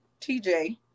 TJ